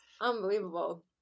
Unbelievable